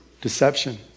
Deception